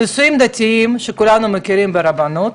נישואים דתיים שכולנו מכירים, ברבנות,